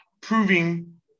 proving